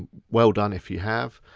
well done if you have.